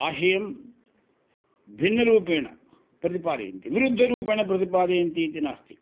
आशयं भिन्नरूपेण प्रतिपादयन्ति विरुद्धरूपेण प्रतिपादयन्तीति नास्ति